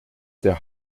der